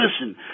listen